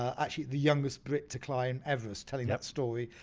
actually the youngest brit to climb everest, telling that story,